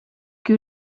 que